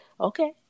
Okay